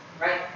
right